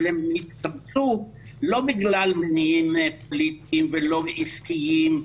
אבל הם נתקבצו לא בגלל מניעים פוליטיים ולא עסקיים,